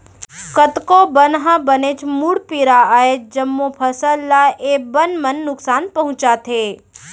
कतको बन ह बनेच मुड़पीरा अय, जम्मो फसल ल ए बन मन नुकसान पहुँचाथे